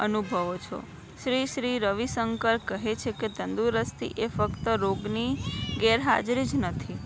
અનુભવો છો શ્રી શ્રી રવિશંકર કહે છે કે તંદુરસ્તી એ ફક્ત રોગની ગેરહાજરી જ નથી